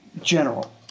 general